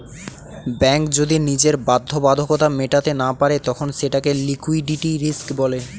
bank যদি নিজের বাধ্যবাধকতা মেটাতে না পারে তখন সেটাকে লিক্যুইডিটি রিস্ক বলে